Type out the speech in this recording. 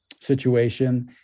situation